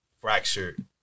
fractured